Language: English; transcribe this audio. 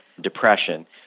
depression